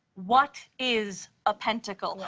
what is a pentacle?